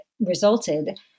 resulted